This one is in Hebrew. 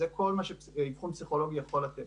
זה כל מה שאבחון פסיכולוגי יכול לתת